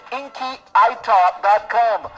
inkyitalk.com